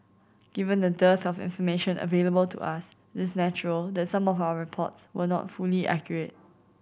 given the dearth of information available to us it's natural that some of our reports were not fully accurate